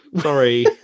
Sorry